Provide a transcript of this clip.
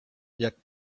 jak